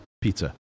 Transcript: Pizza